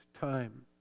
time